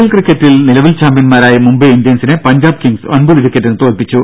L ക്രിക്കറ്റിൽ നിലവിൽ ചാമ്പ്യൻമാരായ മുംബൈ ഇന്ത്യൻസിനെ പഞ്ചാബ് കിംഗ്സ് ഒൻപത് വിക്കറ്റിന് തോൽപ്പിച്ചു